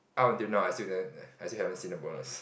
up until now I still haven't I still haven't seen the bonus